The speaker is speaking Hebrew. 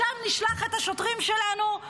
לשם נשלח את השוטרים שלנו,